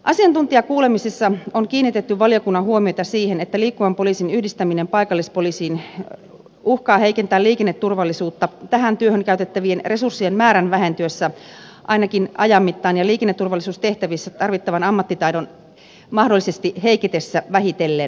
asiantuntijakuulemisissa on kiinnitetty valiokunnan huomiota siihen että liikkuvan poliisin yhdistäminen paikallispoliisiin uhkaa heikentää liikenneturvallisuutta tähän työhön käytettävien resurssien määrän vähentyessä ainakin ajan mittaan ja liikenneturvallisuustehtävissä tarvittavan ammattitaidon mahdollisesti heiketessä vähitellen